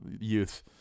youth